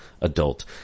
adult